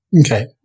Okay